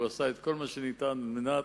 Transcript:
הוא עשה את כל מה שניתן על מנת,